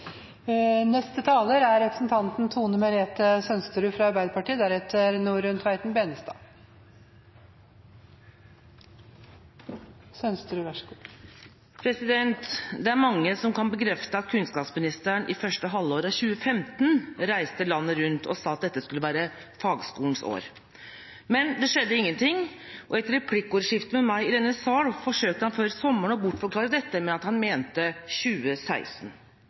Det er mange som kan bekrefte at kunnskapsministeren i første halvår av 2015 reiste landet rundt og sa at dette skulle være fagskolens år. Men det skjedde ingenting, og i et replikkordskifte med meg i denne sal forsøkte han før sommeren å bortforklare dette med at han mente 2016.